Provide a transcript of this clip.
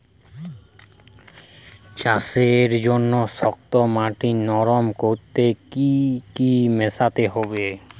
চাষের জন্য শক্ত মাটি নরম করতে কি কি মেশাতে হবে?